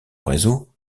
réseau